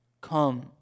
Come